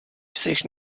jseš